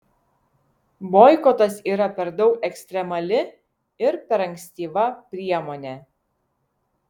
boikotas yra per daug ekstremali ir per ankstyva priemonė